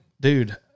Dude